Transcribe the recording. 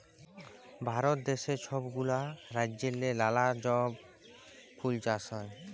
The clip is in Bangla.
ভারত দ্যাশে ছব গুলা রাজ্যেল্লে লালা ছব ফুল চাষ হ্যয়